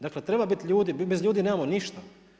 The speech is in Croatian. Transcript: Dakle, treba biti ljudi, bez ljudi nemamo ništa.